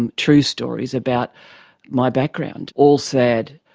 and true stories about my background, all sad,